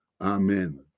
Amen